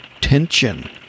tension